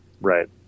Right